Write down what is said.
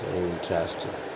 interesting